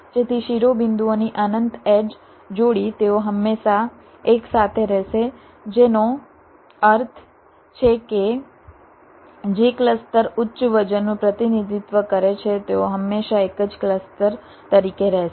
તેથી શિરોબિંદુઓની અનંત એડ્જ જોડી તેઓ હંમેશા એકસાથે રહેશે જેનો અર્થ છે કે જે ક્લસ્ટર ઉચ્ચ વજનનું પ્રતિનિધિત્વ કરે છે તેઓ હંમેશા એક જ ક્લસ્ટર તરીકે રહેશે